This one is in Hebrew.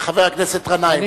חבר הכנסת גנאים, בבקשה.